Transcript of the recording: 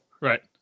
Right